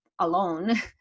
alone